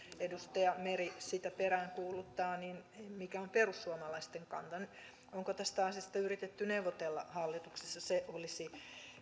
edustaja meri sitä peräänkuuluttaa niin mikä on perussuomalaisten kanta onko tästä asiasta yritetty neuvotella hallituksessa se olisi